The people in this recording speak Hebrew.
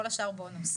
כל השאר בונוס.